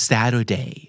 Saturday